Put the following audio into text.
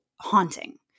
haunting